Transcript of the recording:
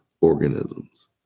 organisms